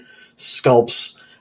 sculpts